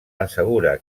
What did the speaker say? assegura